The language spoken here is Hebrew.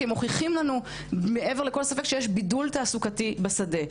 כי הם מוכיחים לנו מעבר לכל ספק שיש בידול תעסוקתי בשדה.